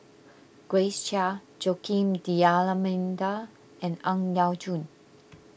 Grace Chia Joaquim D'Almeida and Ang Yau Choon